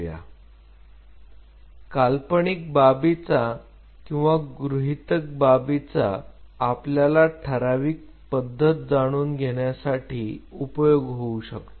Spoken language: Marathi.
या काल्पनिक बाबीचा किंवा गृहीतक बाबीचा आपल्याला ठराविक पद्धत जाणून घेण्यासाठी उपयोग होऊ शकतो